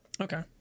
Okay